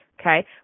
okay